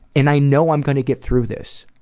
and i know i'm going to get through this.